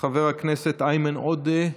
חבר הכנסת איימן עודה,